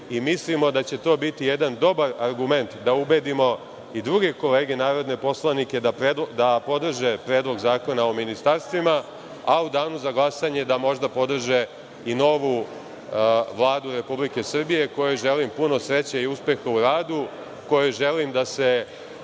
mislim da će to biti jedan dobar argument da ubedimo i druge kolege narodne poslanike da podrže Predlog zakona o ministarstvima, a u danu za glasanje da možda podrže i novu Vladu Republike Srbije, kojoj želim puno sreće i uspeha u radu, kojoj želim da se